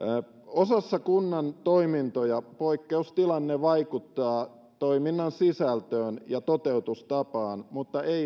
osassa kunnan toimintoja poikkeustilanne vaikuttaa toiminnan sisältöön ja toteutustapaan mutta